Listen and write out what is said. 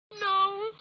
No